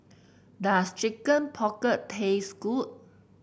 does Chicken Pocket taste good